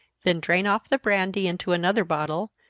then drain off the brandy into another bottle,